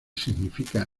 significa